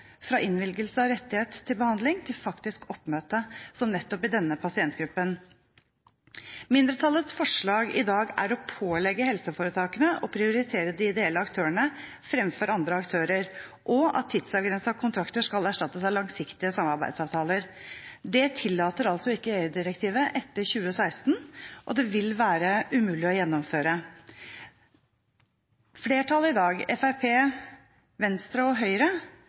fra innvilgelse av rettighet til behandling til faktisk oppmøte som nettopp i denne pasientgruppen. Mindretallets forslag i dag er å pålegge helseforetakene å prioritere de ideelle aktørene framfor andre aktører, og at tidsavgrensede kontrakter skal erstattes av langsiktige samarbeidsavtaler. Det tillater altså ikke EU-direktivet etter 2016, og det vil være umulig å gjennomføre. Flertallet i dag, Fremskrittspartiet, Venstre, Høyre og